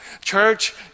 Church